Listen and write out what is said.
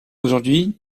aujourd’hui